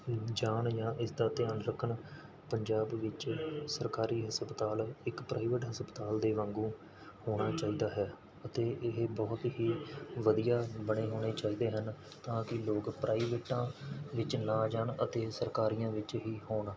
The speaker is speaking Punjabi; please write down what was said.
ਜਾਣ ਜਾਂ ਇਸਦਾ ਧਿਆਨ ਰੱਖਣ ਪੰਜਾਬ ਵਿੱਚ ਸਰਕਾਰੀ ਹਸਪਤਾਲ ਇੱਕ ਪ੍ਰਾਈਵੇਟ ਹਸਪਤਾਲ ਦੇ ਵਾਂਗੂੰ ਹੋਣਾ ਚਾਹੀਦਾ ਹੈ ਅਤੇ ਇਹ ਬਹੁਤ ਹੀ ਵਧੀਆ ਬਣੇ ਹੋਣੇ ਚਾਹੀਦੇ ਹਨ ਤਾਂ ਕਿ ਲੋਕ ਪ੍ਰਾਈਵੇਟਾਂ ਵਿੱਚ ਨਾ ਜਾਣ ਅਤੇ ਸਰਕਾਰੀਆਂ ਵਿੱਚ ਹੀ ਹੋਣ